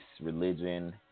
religion